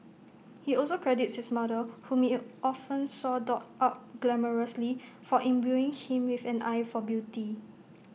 he also credits his mother whom often saw dolled up glamorously for imbuing him with an eye for beauty